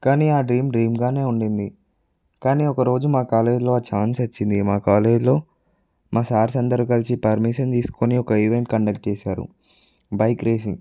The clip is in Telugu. కానీ ఆడ్రీమ్ డ్రీమ్ గానే ఉండింది కానీ ఒక రోజు మాకాలేజీలో ఛాన్స్ వచ్చింది మా కాలేజీలో మా సార్స్ అందరూ కలిసి పర్మిషన్ తీసుకుని ఒక ఈవెంట్ కండక్ట్ చేశారు బైక్ రేసింగ్